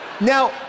Now